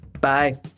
Bye